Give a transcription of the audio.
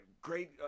great